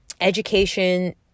Education